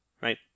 Right